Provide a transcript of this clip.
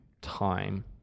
Time